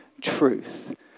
truth